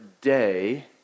day